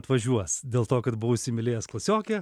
atvažiuos dėl to kad buvau įsimylėjęs klasiokę